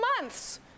months